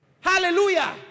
Hallelujah